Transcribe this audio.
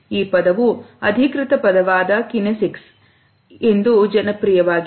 ಈ ಪದವು ಅಧಿಕೃತ ಪದವಾದ ಕಿನೆಸಿಕ್ಸ್ ಅದಕ್ಕಿಂತ ಹೆಚ್ಚು ಜನಪ್ರಿಯವಾಗಿದೆ